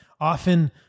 often